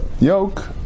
yoke